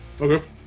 Okay